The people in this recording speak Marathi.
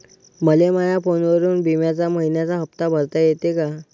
मले माया फोनवरून बिम्याचा मइन्याचा हप्ता भरता येते का?